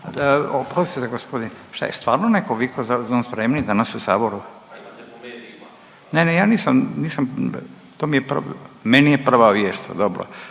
Oprostite gospodine, šta je stvarno netko vikao za dom spremni danas u saboru. Ne, ja nisam, nisam to mi je, meni je prva vijest dobro.